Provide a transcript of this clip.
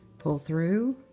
pull through.